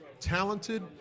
talented